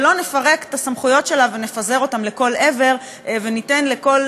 ולא נפרק את הסמכויות שלה ונפזר אותן לכל עבר וניתן לכל